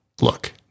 look